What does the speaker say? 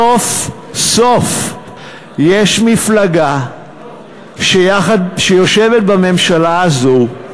סוף-סוף יש מפלגה שיושבת בממשלה הזאת,